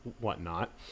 whatnot